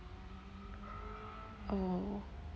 oh